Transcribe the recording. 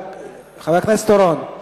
חבר הכנסת אורון,